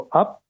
up